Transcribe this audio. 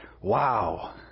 wow